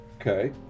Okay